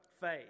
faith